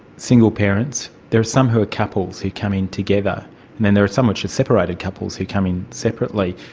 single parents, there are some who are couples who come in together and then there are some which are separated couples who come in separately.